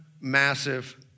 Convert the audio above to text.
massive